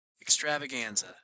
extravaganza